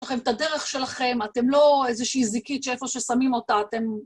יש לכם את הדרך שלכם, אתם לא איזושהי זיקית שאיפה ששמים אותה, אתם...